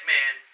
Man